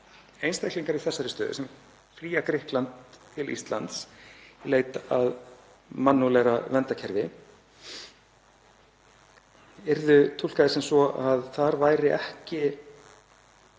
einstaklingar í þessari stöðu sem flýja Grikkland til Íslands í leit að mannúðlegra verndarkerfi yrðu túlkaðir sem svo að þeir væru ekki